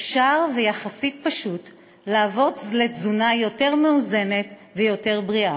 אפשר ויחסית פשוט לעבור לתזונה יותר מאוזנת ויותר בריאה.